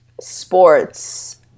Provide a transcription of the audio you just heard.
sports